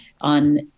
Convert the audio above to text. on